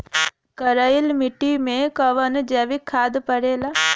करइल मिट्टी में कवन जैविक खाद पड़ेला?